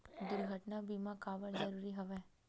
दुर्घटना बीमा काबर जरूरी हवय?